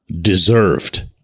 deserved